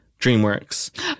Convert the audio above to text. DreamWorks